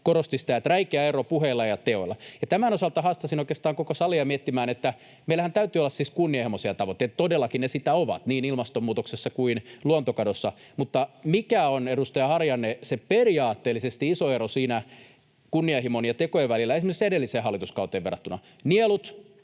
korosti sitä, että räikeä ero on puheilla ja teoilla. Tämän osalta haastaisin oikeastaan koko salia miettimään, että meillähän täytyy olla siis kunnianhimoisia tavoitteita — ja todellakin ne sitä ovat niin ilmastonmuutoksessa kuin luontokadossa — mutta mikä on, edustaja Harjanne, se periaatteellisesti iso ero siinä kunnianhimon ja tekojen välillä esimerkiksi edelliseen hallituskauteen verrattuna? Nielut